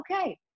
okay